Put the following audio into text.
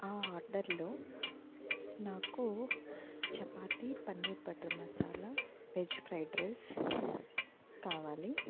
ఆర్డర్లో నాకూ chapati paneer butter masala veg fried rice కావాలి